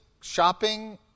shopping